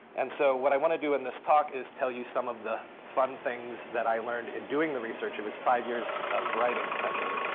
and so what i want to do in this talk is tell you some of the fun things that i learned in doing the research. it was five years of writing, essentially.